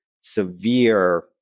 severe